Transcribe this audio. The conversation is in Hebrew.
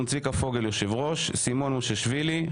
צביקה פוגל יושב-ראש, סימון מושיאשוילי,